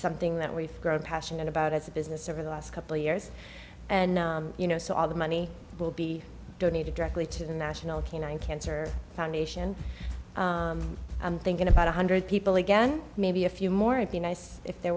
something that we've grown passionate about as a business over the last couple years and you know so all the money will be donated directly to the national canine cancer foundation i'm thinking about one hundred people again maybe a few more it be nice if there